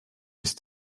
ist